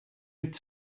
mit